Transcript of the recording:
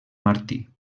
martí